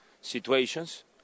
situations